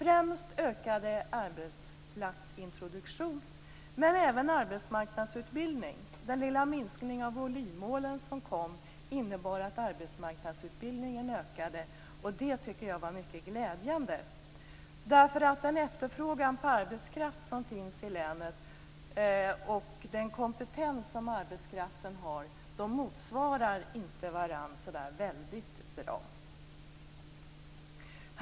Främst ökade arbetsplatsintroduktionen, men även arbetsmarknadsutbildningen ökade på grund av den lilla minskning av volymmålen som kom. Det tycker jag var mycket glädjande, eftersom den efterfrågan på arbetskraft som finns i länet och den kompetens som arbetskraften har inte motsvarat varandra särskilt bra.